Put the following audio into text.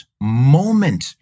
moment